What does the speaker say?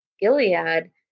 gilead